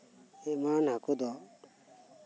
ᱮᱢᱟᱱ ᱦᱟᱠᱳ ᱫᱚ